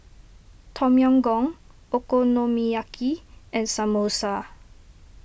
Tom Yam Goong Okonomiyaki and Samosa